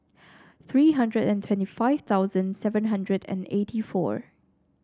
three hundred and twenty five thousand seven hundred and eighty four